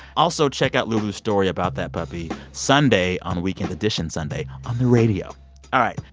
also, check out lulu's story about that puppy sunday on weekend edition sunday on the radio all right,